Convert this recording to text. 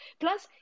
plus